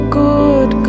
good